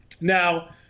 Now